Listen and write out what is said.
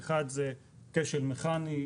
שאחת זה כשל מכני,